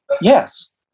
yes